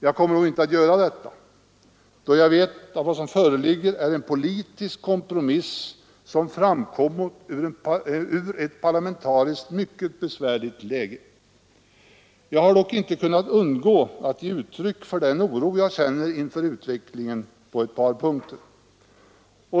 Jag kommer dock inte att göra detta, då jag vet att det framlagda stimulanspaketet tillkommit efter en politisk kompromiss i en parlamentariskt mycket besvärlig situation. Men jag har inte kunnat underlåta att ge uttryck för den oro jag känner inför utvecklingen på ett par punkter.